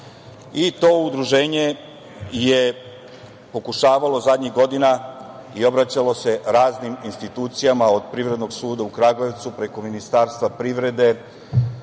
i to udruženje je pokušavalo zadnjih godina i obraćalo se raznim institucijama od Privrednog suda u Kragujevcu, preko Ministarstva privrede,